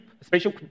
spatial